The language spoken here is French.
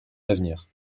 d’avenir